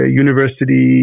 university